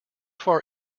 far